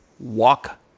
walk